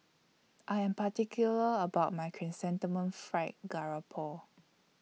I Am particular about My Chrysanthemum Fried Garoupo